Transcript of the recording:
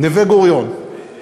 נווה-גוריון, ליד